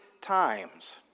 times